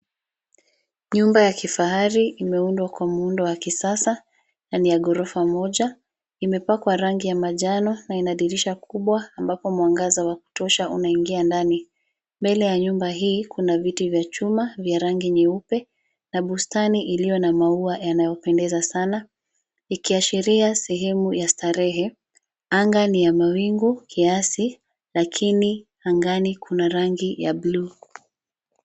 Nyumba ya kifahari imeundwa kwa muundo wa kisasa, na ni ya gorofa moja. Imepakwa rangi ya manjano na ina dirisha kubwa ambapo mwangaza wa kutosha unaingia ndani. Mbele ya nyumba hii kuna viti vya chuma vya rangi nyeupe na bustani iliyo na maua yanayopendeza sana ikiashria sehemu ya sherehe. Anga ni ya mawingu kiasi lakini angani kuna rangi ya bluu.